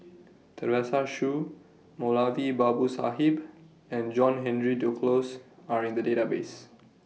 Teresa Hsu Moulavi Babu Sahib and John Henry Duclos Are in The Database